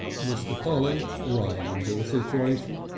mr. polly rising to the situation.